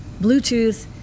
Bluetooth